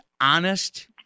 honest